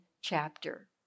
chapter